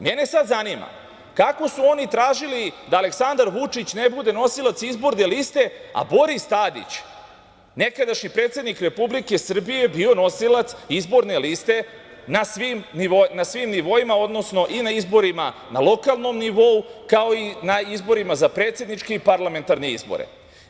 Mene sad zanima kako su oni tražili da Aleksandar Vučić ne bude nosilac izborne liste, a Boris Tadić, nekadašnji predsednik Republike Srbije, je bio nosilac izborne liste na svim nivoima, odnosno i na izborima na lokalu, kao i na predsedničkim i parlamentarnim izborima.